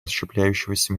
расщепляющегося